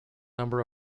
number